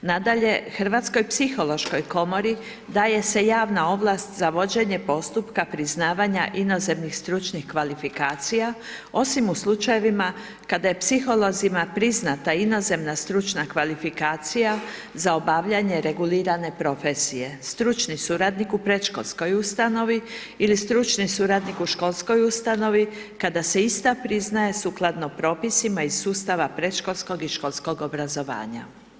Nadalje, Hrvatskoj psihološkoj komori daje se javna ovlast za vođenje postupka priznavanja inozemnih stručnih kvalifikacija, osim u slučajevima kada je psiholozima priznata inozemna stručna kvalifikacija za obavljanje regulirane profesije, stručni suradnik u predškolskoj ustanovi ili stručni suradnik u školskoj ustanovi, kada se ista priznaje sukladno propisima iz sustava predškolskog i školskog obrazovanja.